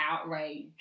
outrage